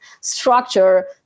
structure